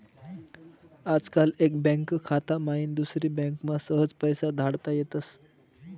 आजकाल एक बँक खाता माईन दुसरी बँकमा सहज पैसा धाडता येतस